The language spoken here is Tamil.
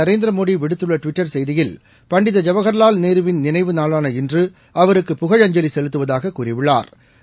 நரேந்திரமோடி விடுத்துள்ள டுவிட்டர் செய்தியில் பண்டித ஜவஹா்லால் நேருவின் நினைவு நாளான இன்று அவருக்கு புகழஞ்சலி செலுத்துவதாக கூறியுள்ளாா்